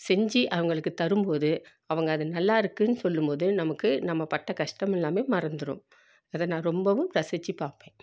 செஞ்சு அவங்களுக்கு தரும்போது அவங்க அதை நல்லா இருக்குனு சொல்லும் போது நமக்கு நம்ம பட்ட கஷ்டம் எல்லாமே மறந்துடும் அதை நான் ரொம்பவும் ரசித்து பார்ப்பேன்